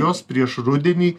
jos prieš rudenį